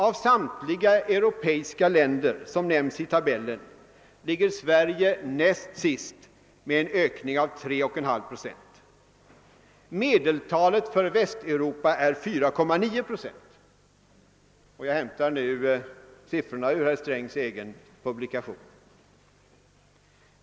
Av samtliga europeiska länder som nämns i tabellen ligger Sverige näst sist med en ökning av 3,5 procent. Medeltalet för Västeuropa är 4,9 procent. Jag hämtar alltså dessa siffror ur herr Strängs egen publikation.